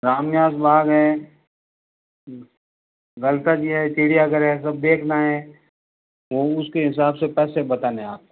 राम निवास बाग है चिड़ियाघर है सब देखना है उसके हिसाब से पैसे बताने हैं आपको